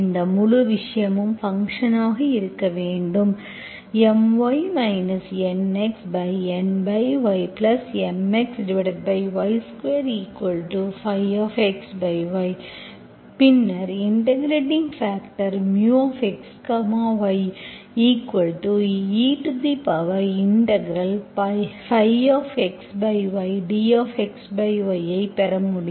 இந்த முழு விஷயமும் ஃபங்க்ஷன் ஆக இருக்க வேண்டும் My NxNyMxy2ϕxy பின்னர் இன்டெகிரெட்பாக்டர் μxyexydxyஐப் பெற முடியும்